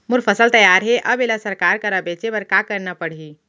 मोर फसल तैयार हे अब येला सरकार करा बेचे बर का करना पड़ही?